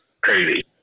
crazy